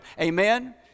Amen